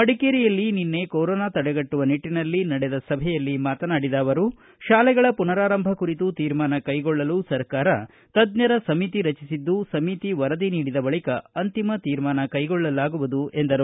ಮಡಿಕೇರಿಯಲ್ಲಿ ನಿನ್ನೆ ಕೊರೊನಾ ತಡೆಗಟ್ಟುವ ನಿಟ್ಟನಲ್ಲಿ ನಡೆದ ಸಭೆಯಲ್ಲಿ ಮಾತನಾಡಿದ ಆವರು ತಾಲೆಗಳ ಮನರಾರಂಭ ಕುರಿತು ತೀರ್ಮಾನ ಕೈಗೊಳ್ಳಲು ಸರ್ಕಾರ ತಜ್ಞರ ಸಮಿತಿ ರಚಿಸಿದ್ದು ಸಮಿತಿ ವರದಿ ನೀಡಿದ ಬಳಿಕ ಅಂತಿಮ ತೀರ್ಮಾನ ಕೈಗೊಳ್ಳಲಾಗುವುದು ಎಂದು ಹೇಳಿದರು